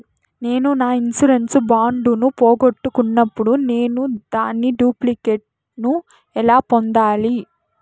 నేను నా insurance bond ను పోగొట్టుకున్నప్పుడు నేను దాని డూప్లికేట్ ను ఎలా పొందాలి?